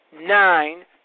nine